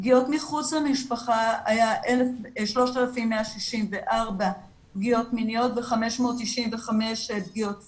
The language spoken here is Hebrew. פגיעות מחוץ למשפחה היה 3,164 פגיעות מיניות ו-595 פגיעות פיזיות.